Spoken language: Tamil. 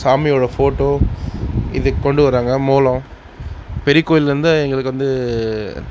சாமியோடய ஃபோட்டோ இதுக்கொண்டு வருவாங்க மேளம் பெரிய கோயில்லிருந்து எங்களுக்கு வந்து